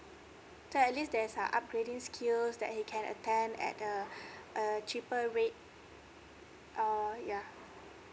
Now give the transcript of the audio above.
so at least there is some upgrading skills he can attend at the err cheaper rate oh yeah